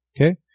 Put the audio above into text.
Okay